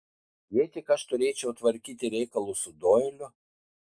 jei tik aš turėčiau tvarkyti reikalus su doiliu